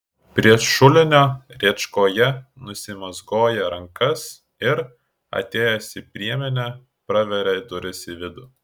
prie šulinio rėčkoje nusimazgoja rankas ir atėjęs į priemenę praveria duris į vidų